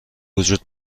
وجود